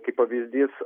kaip pavyzdys